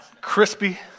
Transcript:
Crispy